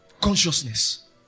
Consciousness